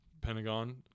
Pentagon